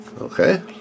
okay